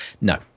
No